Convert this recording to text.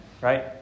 Right